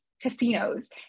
casinos